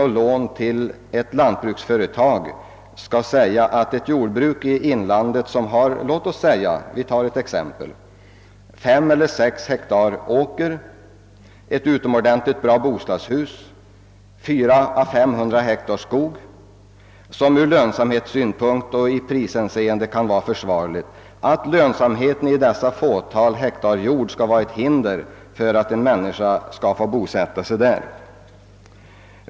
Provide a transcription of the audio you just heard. Om ett jordbruk i inlandet har låt oss säga fem—sex hektar åker, ett utomordentligt bra bostadshus och 400—500 hektar skog, vilket ur lönsamhetssynpunkt och i prishänseende kan vara försvarligt, bör inte lönsamheten i des sa få hektar jord vara hinder för en person att bosätta sig där.